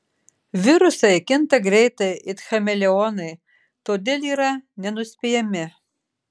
virusai kinta greitai it chameleonai todėl yra nenuspėjami